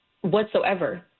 whatsoever